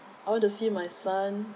I want to see my son